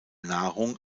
nahrung